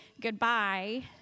goodbye